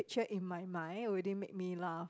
picture in my mind wouldn't make me laugh